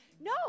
No